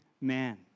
man